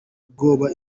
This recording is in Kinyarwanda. ubwoba